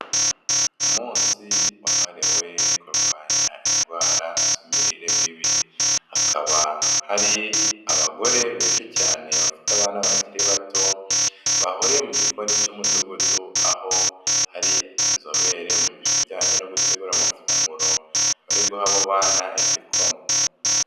Umunsi wahariwe kurwanya indwara z'imirire mibi, hakaba hari abagore benshi cyane bafite abana bakiri bato bahuriye mu gikoni cy'umudugudu aho hari inzobere mu bijyanye no gutegura amafunguro bari guha abo abana igikoma.